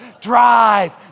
drive